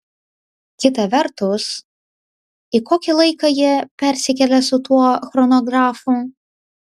kita vertus į kokį laiką jie persikėlė su tuo chronografu